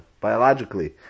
biologically